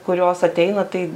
kurios ateina tai